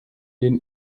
den